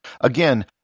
Again